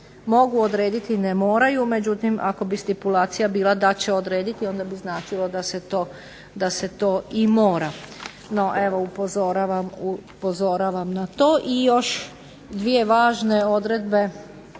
mogu odrediti i ne moraju. Međutim, ako bi stipulacija bila da će odrediti onda bi značilo da se to i mora. No, evo upozoravam na to. I još dvije važne odredbe